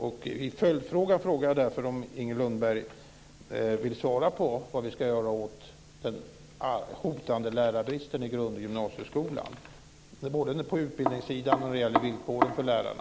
Därför undrar jag om Inger Lundberg vill svara på frågan om vad vi ska göra åt den hotande lärarbristen i grund och gymnasieskolan. Det gäller utbildningssidan, och det gäller villkoren för lärarna.